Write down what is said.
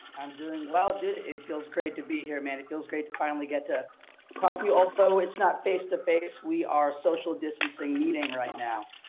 i'm doing well, dude. it feels great to be here, man. it feels great to finally get to help you although it's not face to face, we are social distancing meeting right now.